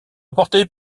remporté